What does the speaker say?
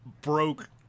broke